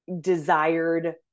desired